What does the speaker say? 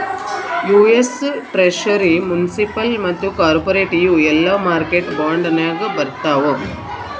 US treasury, municipal ಮತ್ತ corporate ಇವು ಎಲ್ಲಾ ಮಾರ್ಕೆಟ್ ಬಾಂಡ್ ನಾಗೆ ಬರ್ತಾವ್